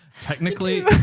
technically